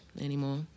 anymore